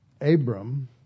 Abram